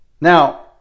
Now